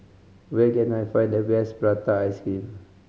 where can I find the best prata ice cream